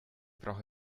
brauche